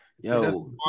yo